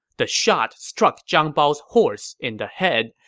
the shot struck zhang bao's horse in the head,